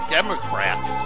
Democrats